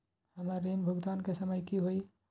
हमर ऋण भुगतान के समय कि होई?